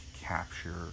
capture